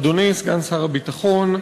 אדוני סגן שר הביטחון,